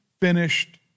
finished